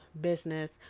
business